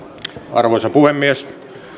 arvoisa puhemies